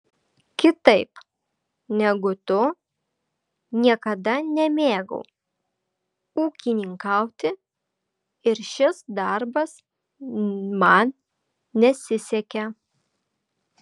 kitaip negu tu niekada nemėgau ūkininkauti ir šis darbas man nesisekė